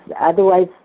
otherwise